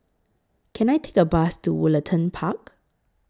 Can I Take A Bus to Woollerton Park